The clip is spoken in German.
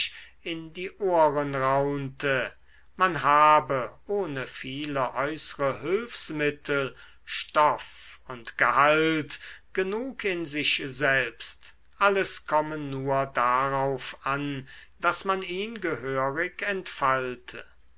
in die ohren raunte man habe ohne viele äußere hülfsmittel stoff und gehalt genug in sich selbst alles komme nur darauf an daß man ihn gehörig entfalte